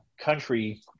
country